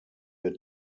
wir